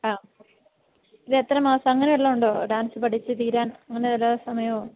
ആഹ് ഇതെത്ര മാസം അങ്ങനെ വല്ലതും ഉണ്ടോ ഡാന്സ് പഠിച്ച് തീരാന് അങ്ങനെ വല്ല സമയമോ